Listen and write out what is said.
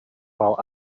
while